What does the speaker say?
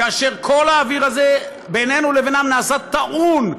כאשר כל האוויר הזה בינינו לבינם נעשה טעון,